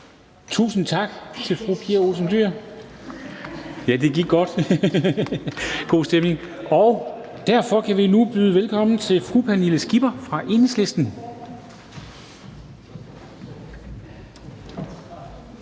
Tusind tak til fru Pia Olsen Dyhr. Der er god stemning. Og derfor kan vi nu byde velkommen til fru Pernille Skipper fra Enhedslisten.